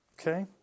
Okay